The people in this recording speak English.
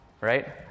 Right